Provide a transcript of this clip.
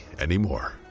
anymore